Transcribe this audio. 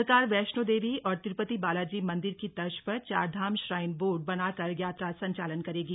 सरकार वैष्णो देवी और तिरुपति बालाजी मंदिर की तर्ज पर चारधाम श्राइन बोर्ड बनाकर यात्रा संचालन करेगी